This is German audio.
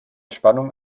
spannung